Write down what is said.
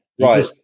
Right